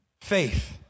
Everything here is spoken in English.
Faith